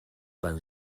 van